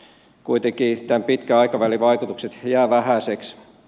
kuitenkin tämän pitkän aikavälin vaikutukset jäävät vähäisiksi